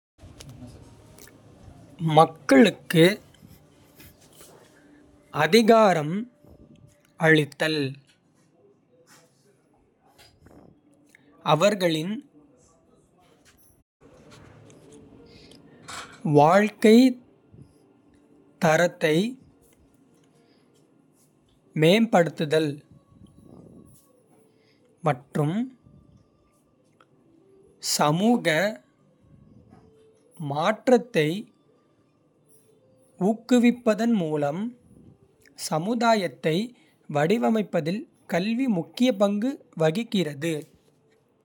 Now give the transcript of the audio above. மக்களுக்கு அதிகாரம் அளித்தல், அவர்களின் வாழ்க்கைத் தரத்தை மேம்படுத்துதல் மற்றும் சமூக மாற்றத்தை. ஊக்குவிப்பதன் மூலம் சமுதாயத்தை வடிவமைப்பதில் கல்வி முக்கிய பங்கு வகிக்கிறது.